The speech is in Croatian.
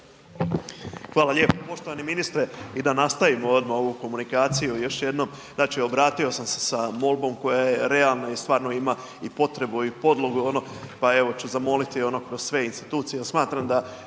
Hvala lijepo. Poštovani ministre. I da nastavimo ovu komunikaciju još jednom znači obratio sam se sa molbom koja je realna i stvarno ima potrebu i podlogu pa ću zamoliti kroz sve institucije